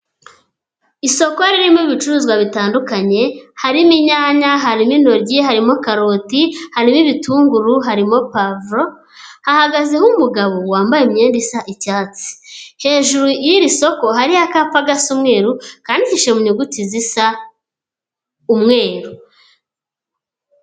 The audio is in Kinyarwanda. Isoko ririmo ibicuruzwa bitandukanye, hari n'inyanya, harimo intoryi, harimo karoti, harimo ibitunguru, harimo pavuro, hagazeho n'umugabo wambaye imyenda isa icyatsi, hejuru y'iri soko hariho akapa gasa umweru kandikisheje mu nyuguti zisa umweru.